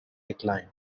declined